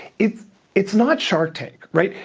it's it's not shark tank, right?